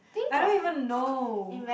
I don't even know